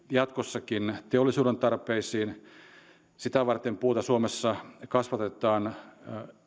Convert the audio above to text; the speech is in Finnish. jatkossakin pitkälti teollisuuden tarpeisiin sitä varten puuta suomessa kasvatetaan